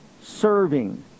serving